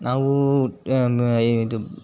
ನಾವು ಇದು